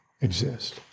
exist